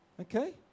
Okay